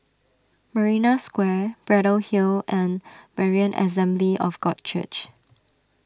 Marina Square Braddell Hill and Berean Assembly of God Church